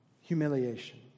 humiliation